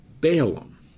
Balaam